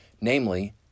Namely